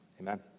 Amen